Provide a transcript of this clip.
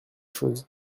choses